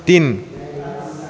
तिन